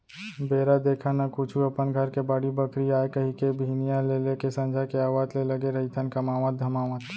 बेरा देखन न कुछु अपन घर के बाड़ी बखरी आय कहिके बिहनिया ले लेके संझा के आवत ले लगे रहिथन कमावत धमावत